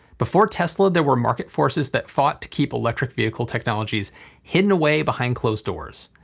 before tesla there were market forces that fought to keep electric vehicle technologies hidden away behind closed doors.